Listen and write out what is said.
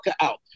out